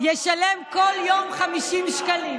ישלם כל יום 50 שקלים,